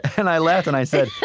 and i laughed, and i said,